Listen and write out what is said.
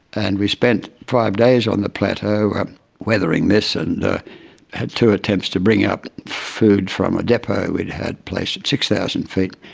and we spent five days on the plateau weathering this and had two attempts to bring up food from a depot we'd had placed at six thousand feet.